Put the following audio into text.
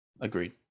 Agreed